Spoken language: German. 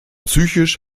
psychisch